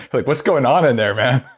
like what's going on in there, man?